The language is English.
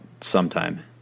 sometime